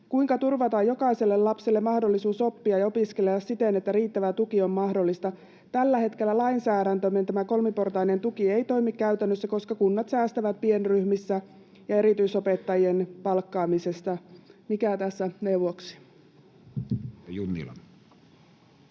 kuinka turvata jokaiselle lapselle mahdollisuus oppia ja opiskella siten, että riittävä tuki on mahdollista saada? Tällä hetkellä tämä lainsäädäntömme kolmiportainen tuki ei toimi käytännössä, koska kunnat säästävät pienryhmissä ja erityisopettajien palkkaamisessa. Mikä tässä neuvoksi? [Speech